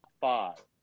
five